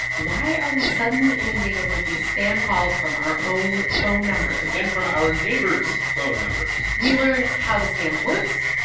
why are we suddenly inundated with these spam calls from our own phone numbers and from our neighbors' phone numbers? we learn how the scam works,